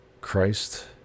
Christ